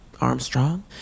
Armstrong